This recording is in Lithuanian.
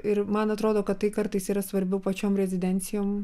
ir man atrodo kad tai kartais yra svarbiau pačiom rezidencijom